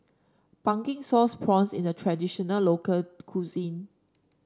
Pumpkin Sauce Prawns is a traditional local cuisine